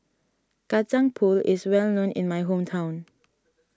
Kacang Pool is well known in my hometown